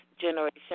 Generation